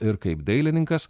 ir kaip dailininkas